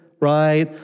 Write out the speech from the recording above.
right